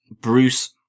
Bruce